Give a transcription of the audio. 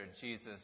Jesus